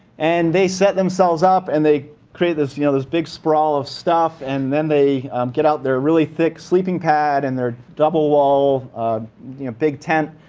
and they set themselves up and they create this you know this big sprawl of stuff. and then they get out their really thick sleeping pad and their double-walled big tent.